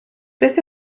beth